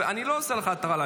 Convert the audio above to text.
אני לא עושה לך הטרלה,